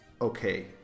okay